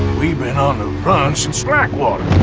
we been on the run since blackwater.